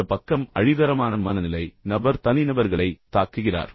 இந்த பக்கம் அழிவுகரமான மனநிலை நபர் தனிநபர்களைத் தாக்குகிறார்